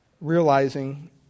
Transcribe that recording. realizing